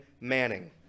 Manning